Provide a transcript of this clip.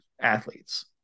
athletes